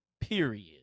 period